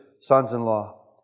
sons-in-law